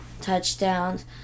touchdowns